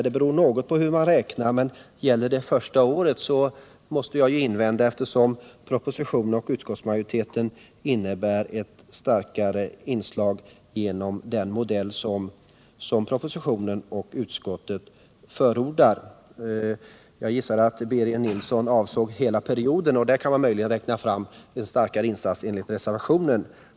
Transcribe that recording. Det beror något på hur man räknar, men gäller det första året måste = drag till tekoindujag opponera mig, eftersom proposition och utskottsmajoritet innebär = strin, m.m. ett starkare stöd genom den modell som propositionen och utskottet förordar. Jag gissar att Birger Nilsson avsåg hela perioden; då kan man möjligen räkna fram en starkare insats enligt reservationen.